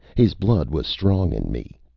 his blood was strong in me.